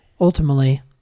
ultimately